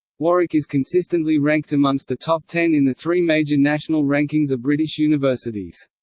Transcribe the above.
warwick is consistently ranked amongst the top ten in the three major national rankings of british universities.